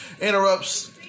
Interrupts